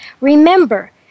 Remember